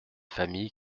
familles